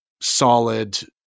solid